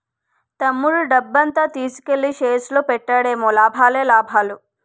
తమ్ముడు డబ్బంతా తీసుకెల్లి షేర్స్ లో పెట్టాడేమో లాభాలే లాభాలు